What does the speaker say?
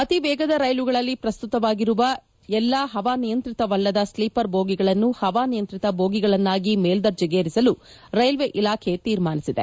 ಅತಿವೇಗದ ರೈಲುಗಳಲ್ಲಿ ಪ್ರಸ್ತುತವಾಗಿರುವ ಎಲ್ಲ ಹವಾನಿಯಂತ್ರಿತವಲ್ಲದ ಸ್ಲೀಪರ್ ಬೋಗಿಗಳನ್ನು ಹವಾನಿಯಂತ್ರಿತ ಬೋಗಿಗಳನ್ನಾಗಿ ಮೇಲ್ದರ್ಜೆಗೇರಿಸಲು ರೈಲ್ವೆ ಇಲಾಖೆ ತೀರ್ಮಾನಿಸಿದೆ